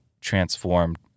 transformed